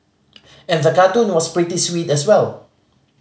and the cartoon was pretty sweet as well